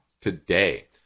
today